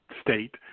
state